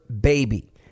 baby